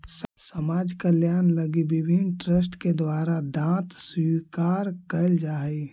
समाज कल्याण लगी विभिन्न ट्रस्ट के द्वारा दांत स्वीकार कैल जा हई